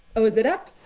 oh is it up?